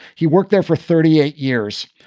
he worked there for thirty eight years.